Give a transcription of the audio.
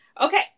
Okay